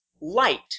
light